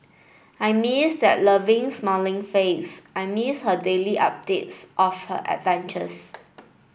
I miss that lovely smiling face I miss her daily updates of her adventures